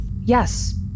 Yes